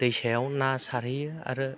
दैसायाव ना सारहैयो आरो